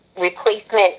replacement